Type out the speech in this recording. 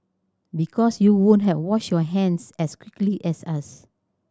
because you won't have washed your hands as quickly as us